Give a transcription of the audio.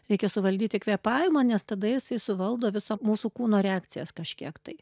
reikia suvaldyti kvėpavimą nes tada jisai suvaldo viso mūsų kūno reakcijas kažkiek tai